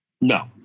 No